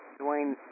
Dwayne